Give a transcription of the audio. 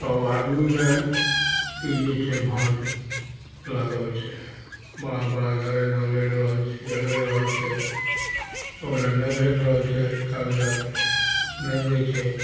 सब आदमीमे ई जे छै भाँज लागल छै बड़ा बड़ा घरैना लड़ि रहल छै झगड़ि रहल छै ओकरा नहि भेट रहल छै कागजात नहि दै छै